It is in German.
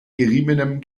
geriebenem